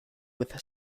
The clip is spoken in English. with